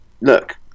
look